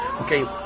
Okay